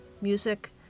Music